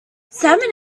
salmon